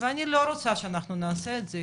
ואני לא רוצה שאנחנו נעשה את זה,